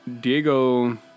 Diego